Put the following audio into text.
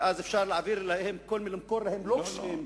ואז אפשר למכור להם לוקשים,